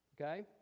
Okay